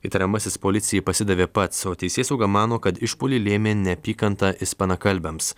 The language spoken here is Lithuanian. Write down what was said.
įtariamasis policijai pasidavė pats o teisėsauga mano kad išpuolį lėmė neapykanta ispanakalbiams